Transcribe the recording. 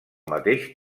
mateix